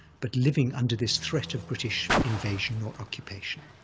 but living under this threat of british invasion or occupation,